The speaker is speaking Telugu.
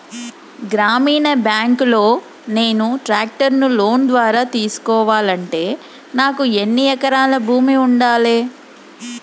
గ్రామీణ బ్యాంక్ లో నేను ట్రాక్టర్ను లోన్ ద్వారా తీసుకోవాలంటే నాకు ఎన్ని ఎకరాల భూమి ఉండాలే?